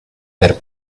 perd